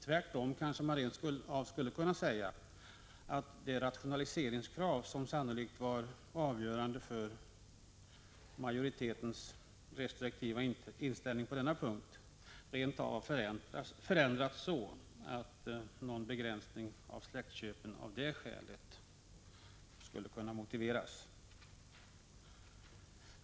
Tvärtom kanske man rent av skulle kunna säga att det rationaliseringskrav som sannolikt var avgörande för majoritetens restriktiva inställning på denna punkt har förändrats så att någon begränsning av släktköpen av det skälet inte skulle kunna motiveras.